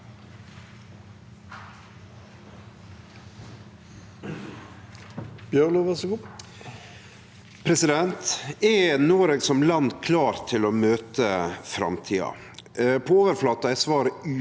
Er Noreg som land klar til å møte framtida? På overflata er svaret ja.